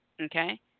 Okay